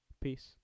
Peace